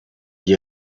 d’y